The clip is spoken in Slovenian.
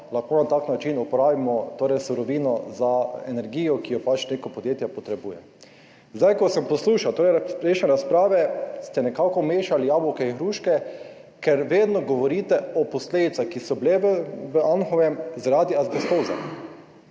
lahko na tak način uporabimo surovino za energijo, ki jo pač neko podjetje potrebuje. Ko sem poslušal prejšnje razprave, ste nekako mešali jabolka in hruške, ker vedno govorite o posledicah, ki so bile v Anhovem zaradi azbestoze,